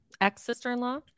ex-sister-in-law